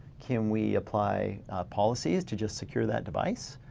can we apply policies to just secure that device?